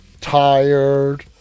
tired